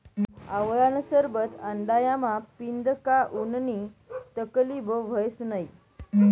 आवळानं सरबत उंडायामा पीदं का उननी तकलीब व्हस नै